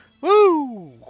Woo